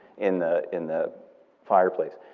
in the in the fireplace.